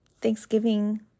Thanksgiving